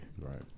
Right